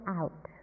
out